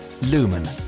lumen